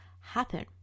happen